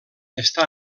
està